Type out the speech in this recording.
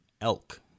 elk